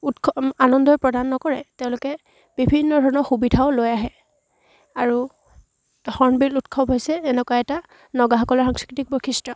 উৎসৱ আনন্দই প্ৰদান নকৰে তেওঁলোকে বিভিন্ন ধৰণৰ সুবিধাও লৈ আহে আৰু হৰ্ণবিল উৎসৱ হৈছে এনেকুৱা এটা নগাসকলৰ সাংস্কৃতিক বৈশিষ্ট্য